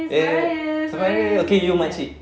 eh selamat hari raya okay you makcik